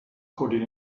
coded